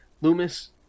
Loomis